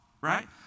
right